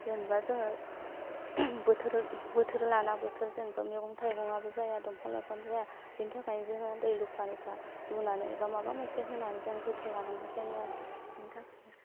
जेनेबा जोङो बोथोर बोथोर लाना बोथोर जेनेबा मैगं थायगंआबो जाया दंफां लायफांआबो जाया बेनि थाखायनो जोङो दै लुफा लुफा लुनानै बा माबा मोनसे होनानै जों जोथोन लानांगौ जायो आरो बेनि थाखाय